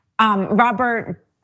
Robert